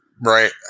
Right